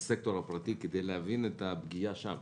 הסקטור הפרטי כדי להבין את הפגיעה שם?